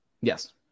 Yes